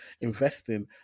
investing